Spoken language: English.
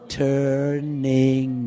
turning